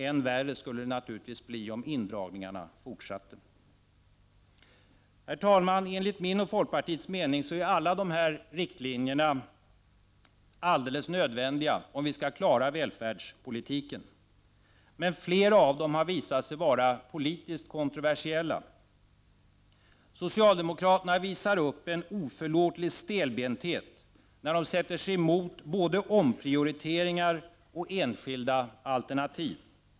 Än värre skulle det naturligtvis bli om indragningarna fortsatte. Enligt min och folkpartiets mening är alla dessa riktlinjer nödvändiga om vi skall klara välfärdspolitiken. Men flera av dem har visat sig vara politiskt kontroversiella. Socialdemokraterna visar upp en oförlåtlig stelbenthet när de sätter sig emot både omprioriteringar och enskilda alternativ.